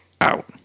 out